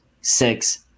six